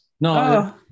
No